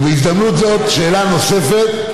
ובהזדמנות זו שאלה נוספת,